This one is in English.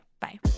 Bye